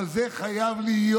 אבל זה חייב להיות,